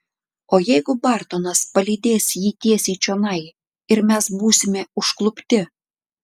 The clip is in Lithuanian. o jeigu bartonas palydės jį tiesiai čionai ir mes būsime užklupti